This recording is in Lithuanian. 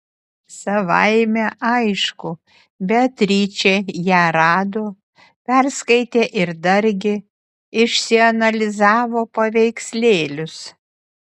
savaime aišku beatričė ją rado perskaitė ir dargi išsianalizavo paveikslėlius